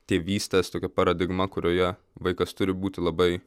tėvystės tokia paradigma kurioje vaikas turi būti labai